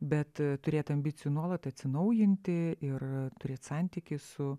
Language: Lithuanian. bet turėti ambicijų nuolat atsinaujinti ir turėt santykį su